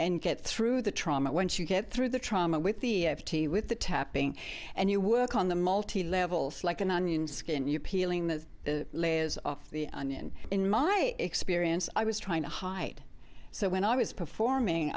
and get through the trauma once you get through the trauma with the f t with the tapping and you work on the multi level slike and onion skin you peeling the layers off the onion in my experience i was trying to hide so when i was performing